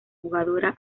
jugadora